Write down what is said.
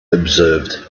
observed